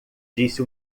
disse